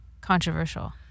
controversial